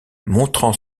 montrant